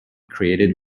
created